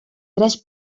tres